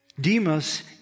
Demas